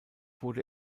wurde